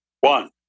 one